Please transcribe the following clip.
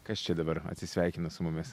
kas čia dabar atsisveikina su mumis